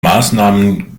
maßnahmen